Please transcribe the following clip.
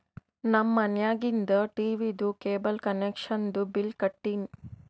ನಮ್ ಮನ್ಯಾಗಿಂದ್ ಟೀವೀದು ಕೇಬಲ್ ಕನೆಕ್ಷನ್ದು ಬಿಲ್ ಕಟ್ಟಿನ್